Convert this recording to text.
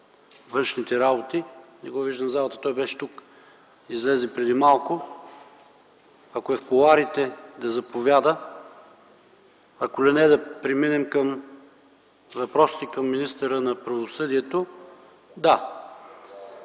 външните работи. Не го виждам в залата. Той беше тук, но излезе преди малко. Ако е в кулоарите, да заповяда. Ще преминем към въпросите към министъра на правосъдието.